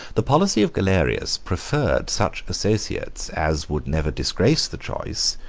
the policy of galerius preferred such associates as would never disgrace the choice,